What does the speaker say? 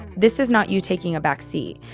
this is not you taking a backseat.